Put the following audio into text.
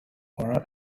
coral